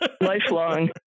Lifelong